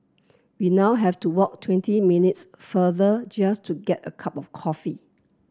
we now have to walk twenty minutes further just to get a cup of coffee